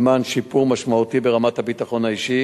למען שיפור משמעותי ברמת הביטחון האישי